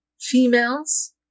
females